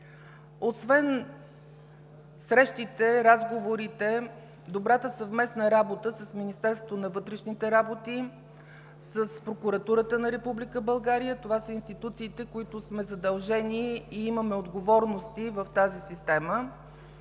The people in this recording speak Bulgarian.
Освен срещите, разговорите, добрата съвместна работа с Министерството на вътрешните работи, с Прокуратурата на Република България – това са институциите, които сме задължени и имаме отговорности в тази система